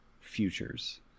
futures